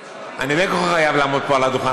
אני בין כה וכה חייב לעמוד פה על הדוכן,